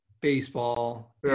baseball